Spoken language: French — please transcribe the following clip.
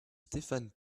stéphane